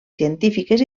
científiques